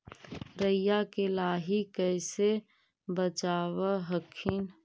राईया के लाहि कैसे बचाब हखिन?